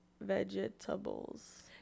vegetables